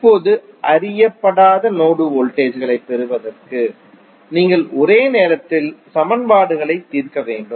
இப்போது அறியப்படாத node voltage களைப் பெறுவதற்கு நீங்கள் ஒரே நேரத்தில் சமன்பாடுகளை தீர்க்க வேண்டும்